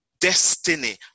destiny